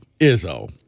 Izzo